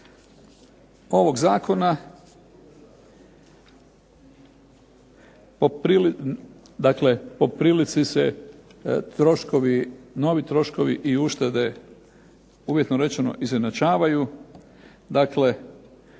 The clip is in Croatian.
ovog zakona, dakle po prilici se troškovi, novi troškovi i uštede uvjetno rečeno izjednačavaju, dakle